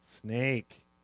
snake